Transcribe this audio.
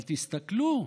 אבל תסתכלו,